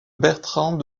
bertrand